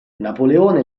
napoleone